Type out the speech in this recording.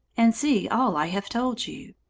and see all i have told you.